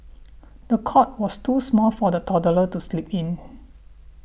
the cot was too small for the toddler to sleep in